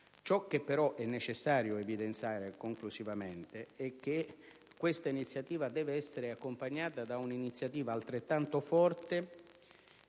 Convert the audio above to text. Ciò che però è necessario evidenziare conclusivamente è che questa iniziativa deve essere accompagnata da un'iniziativa altrettanto forte